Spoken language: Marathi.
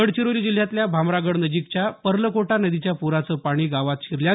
गडचिरोली जिल्ह्यातल्या भामरागडनजीकच्या पर्लकोटा नदीच्या प्राचं पाणी गावात शिरलं आहे